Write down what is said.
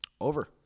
Over